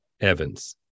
Evans